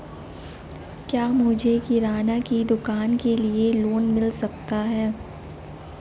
क्या मुझे किराना की दुकान के लिए लोंन मिल सकता है?